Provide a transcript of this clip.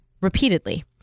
repeatedly